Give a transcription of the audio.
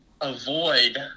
avoid